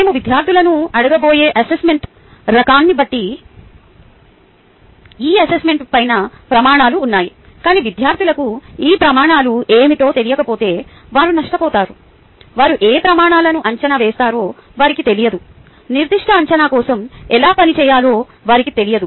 మేము విద్యార్థులను అడగబోయే అసెస్మెంట్ రకాన్ని బట్టి ఈ స్పష్టమైన ప్రమాణాలు ఉన్నాయి కాని విద్యార్థులకు ఈ ప్రమాణాలు ఏమిటో తెలియకపోతే వారు నష్టపోతారు వారు ఏ ప్రమాణాలను అంచనా వేస్తారో వారికి తెలియదు నిర్దిష్ట అంచనా కోసం ఎలా పని చేయాలో వారికి తెలియదు